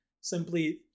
simply